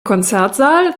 konzertsaal